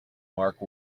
mark